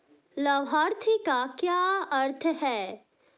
लाभार्थी का क्या अर्थ है?